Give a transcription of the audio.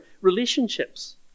relationships